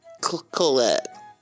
Colette